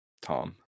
Tom